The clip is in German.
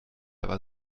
aber